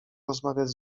rozmawiać